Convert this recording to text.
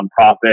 nonprofit